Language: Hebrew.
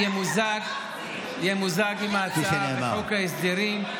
זה ימוזג עם הצעת חוק ההסדרים.